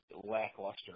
lackluster